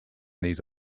these